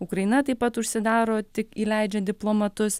ukraina taip pat užsidaro tik įleidžia diplomatus